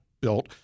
built